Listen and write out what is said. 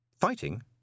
Fighting